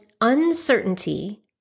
uncertainty